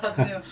ha